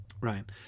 Right